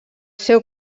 seu